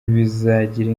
bizagira